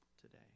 today